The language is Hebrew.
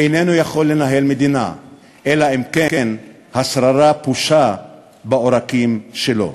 איננו יכול לנהל מדינה אלא אם כן השררה פושה בעורקים שלו.